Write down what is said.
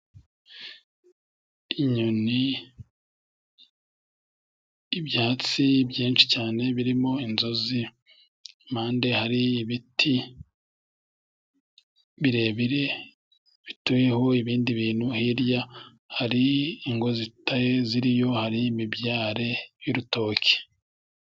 Inyoni n' ibyatsi byinshi cyane birimo inzuzi iruhande hari ibiti birebire bituyeho ibindi bintu. Hirya hari ingo ziteyeho imibyare y'urutoki.